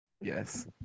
Yes